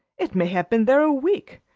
it may have been there a week,